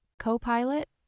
Copilot